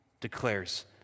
declares